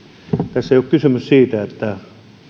tässä ei ole kysymys siitä että